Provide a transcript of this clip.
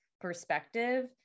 perspective